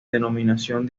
denominación